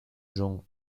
jong